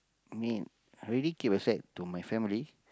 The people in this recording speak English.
mean I already keep aside to my family